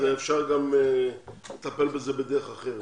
אפשר צריך לטפל בזה בדרך אחרת.